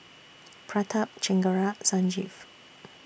Pratap Chengara Sanjeev